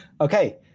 Okay